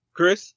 Chris